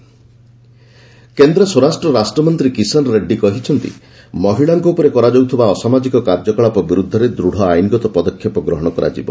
ତେଲଙ୍ଗାନା ଡକୁର କେନ୍ଦ୍ ସ୍ୱରାଷ୍ଟ ରାଷ୍ଟ୍ମନ୍ତ୍ରୀ କିଶନ୍ ରେଡ଼ୀ କହିଛନ୍ତି ମହିଳାଙ୍କ ଉପରେ କରାଯାଉଥିବା ଅସାମାଜିକ କାର୍ଯ୍ୟକଳାପ ବିରୁଦ୍ଧରେ ଦୂଢ଼ ଆଇନ୍ଗତ ପଦକ୍ଷେପ ଗ୍ରହଣ କରାଯିବ